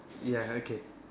ya okay